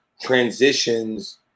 transitions